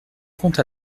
compte